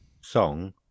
song